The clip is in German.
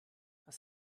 was